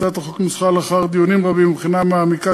הצעת החוק נוסחה לאחר דיונים רבים ובחינה מעמיקה